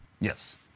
yes